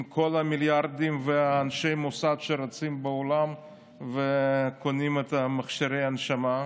עם כל המיליארדים ואנשי המוסד שרצים בעולם וקונים את מכשירי ההנשמה.